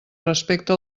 respecte